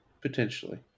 potentially